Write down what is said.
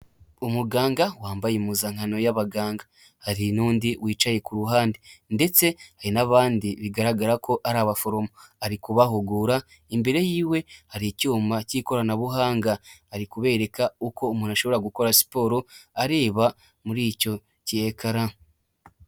Umuganga wambaye impuzankano y'abaganga hari n'undi wicaye ku ruhande ndetse hari n'abandi bigaragara ko ari abaforomo ari kubahugura, imbere y'iwe hari icyuma cy'ikoranabuhanga ari kubereka uko umuntu ashobora gukora siporo areba muri icyo ki ekara.